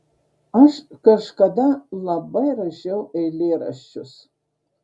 aš kažkada labai rašiau eilėraščius